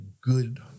good